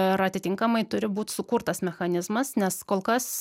ir atitinkamai turi būt sukurtas mechanizmas nes kol kas